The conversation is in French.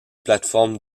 plateforme